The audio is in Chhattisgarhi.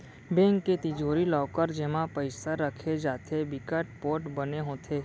बेंक के तिजोरी, लॉकर जेमा पइसा राखे जाथे बिकट पोठ बने होथे